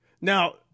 Now